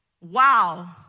Wow